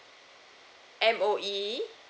M_O_E